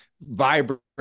vibrant